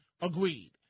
agreed